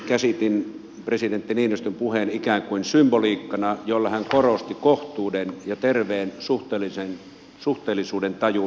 itse käsitin presidentti niinistön puheen ikään kuin symboliikkana jolla hän korosti kohtuuden ja terveen suhteellisuudentajun merkitystä